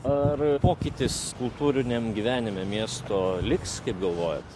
ar pokytis kultūriniam gyvenime miesto liks kaip galvojat